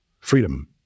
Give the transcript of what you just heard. freedom